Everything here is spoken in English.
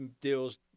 deals